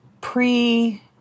pre-